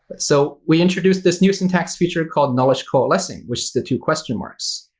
so we introduced this new syntax feature called nullish coalescing, which the two question marks.